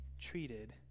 treated